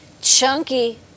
chunky